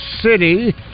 city